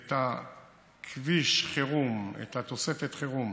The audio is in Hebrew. את כביש החירום, את תוספת החירום,